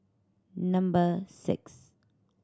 number six